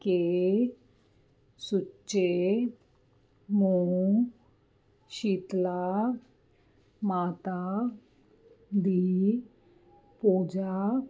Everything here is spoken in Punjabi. ਕੇ ਸੁੱਚੇ ਮੂੰਹ ਸ਼ੀਤਲਾ ਮਾਤਾ ਦੀ ਪੂਜਾ